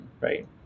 right